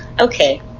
Okay